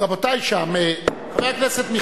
--- רבותי שם, חבר הכנסת מיכאלי,